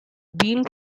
been